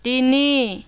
তিনি